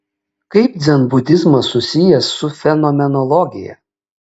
kaip dzenbudizmas susijęs su fenomenologija